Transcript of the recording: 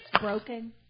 broken